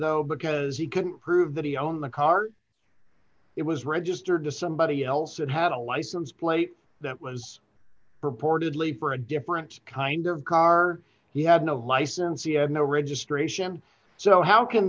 though because he couldn't prove that he owned the car it was registered to somebody else it had a license plate that was purportedly for a different kind of car he had no license no registration so how can